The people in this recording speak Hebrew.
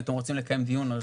אם אתם רוצים לקיים דיון על זה,